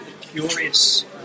curious